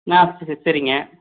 நான் சரிங்க